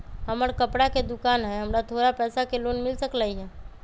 हमर कपड़ा के दुकान है हमरा थोड़ा पैसा के लोन मिल सकलई ह?